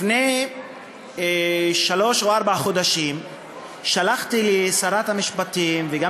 לפני שלושה או ארבעה חודשים שלחתי לשרת המשפטים וגם